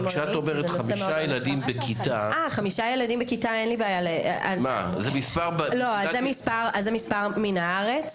אבל כשאת אומרת חמישה ילדים בכיתה --- זה מספר מן הארץ.